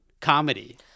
comedy